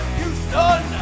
Houston